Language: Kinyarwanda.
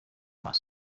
maso